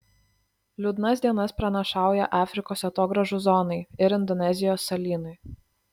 liūdnas dienas pranašauja afrikos atogrąžų zonai ir indonezijos salynui